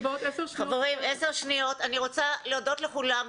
אני רוצה להודות לכולם,